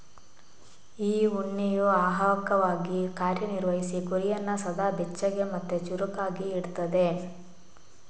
ಈ ಉಣ್ಣೆಯು ಅವಾಹಕವಾಗಿ ಕಾರ್ಯ ನಿರ್ವಹಿಸಿ ಕುರಿಯನ್ನ ಸದಾ ಬೆಚ್ಚಗೆ ಮತ್ತೆ ಚುರುಕಾಗಿ ಇಡ್ತದೆ